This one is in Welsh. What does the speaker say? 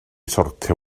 sortio